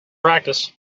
practice